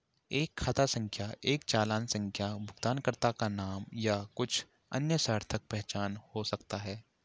एक खाता संख्या एक चालान संख्या भुगतानकर्ता का नाम या कुछ अन्य सार्थक पहचान हो सकता है